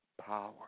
power